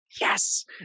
Yes